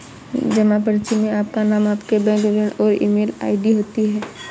जमा पर्ची में आपका नाम, आपके बैंक विवरण और ईमेल आई.डी होती है